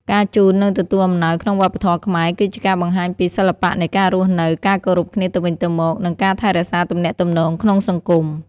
ការជូន និងទទួលអំណោយក្នុងវប្បធម៌ខ្មែរគឺជាការបង្ហាញពី សិល្បៈនៃការរស់នៅ ការគោរពគ្នាទៅវិញទៅមក និងការថែរក្សាទំនាក់ទំនងក្នុងសង្គម។